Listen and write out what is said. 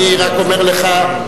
אני רק אומר לך,